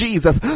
Jesus